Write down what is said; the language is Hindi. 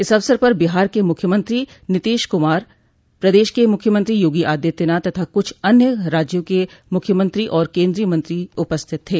इस अवसर पर बिहार के मुख्यमंत्री नीतीश कुमार प्रदेश के मुख्यमंत्री योगी आदित्यनाथ तथा कुछ अन्य राज्यों के मुख्यमंत्री और केंद्रीय मंत्री भी उपस्थित थे